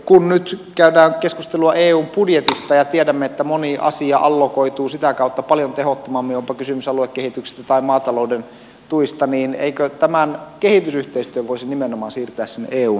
kun nyt käydään keskustelua eun budjetista ja tiedämme että moni asia allokoituu sitä kautta paljon tehokkaammin onpa kysymys aluekehityksestä tai maatalouden tuista niin eikö tämän kehitysyhteistyön voisi nimenomaan siirtää sinne eun toimialaan